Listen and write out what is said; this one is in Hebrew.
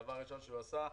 הדבר הראשון שהוא עשה,